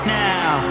now